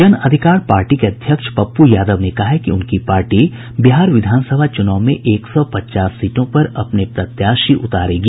जन अधिकार पार्टी के अध्यक्ष पप्पू यादव ने कहा है कि उनकी पार्टी बिहार विधान सभा चुनाव में एक सौ पचास सीटों पर अपने प्रत्याशी उतारेगी